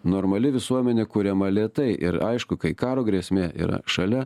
normali visuomenė kuriama lėtai ir aišku kai karo grėsmė yra šalia